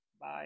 Bye